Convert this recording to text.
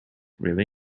really